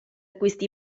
questi